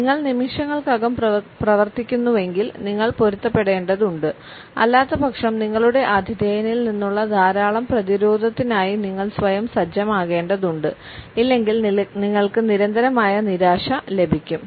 നിങ്ങൾ നിമിഷങ്ങൾക്കകം പ്രവർത്തിക്കുന്നുവെങ്കിൽ നിങ്ങൾ പൊരുത്തപ്പെടേണ്ടതുണ്ട് അല്ലാത്തപക്ഷം നിങ്ങളുടെ ആതിഥേയനിൽ നിന്നുള്ള ധാരാളം പ്രതിരോധത്തിനായി നിങ്ങൾ സ്വയം സജ്ജമാകേണ്ടതുണ്ട് ഇല്ലെങ്കിൽ നിങ്ങൾക്ക് നിരന്തരമായ നിരാശ ലഭിക്കും